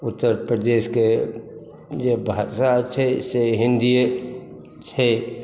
उत्तरप्रदेशके जे भाषा छै से हिन्दिए छै